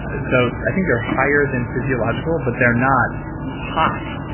ah so i think they're higher than physiological, but they're not high.